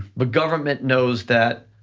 the government knows that,